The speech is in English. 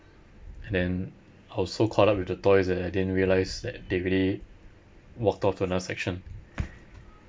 and then I was so caught up with the toys that I didn't realise that they already walked off to another section